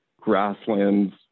grasslands